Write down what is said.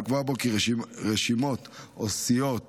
ולקבוע בו כי רשימות או סיעות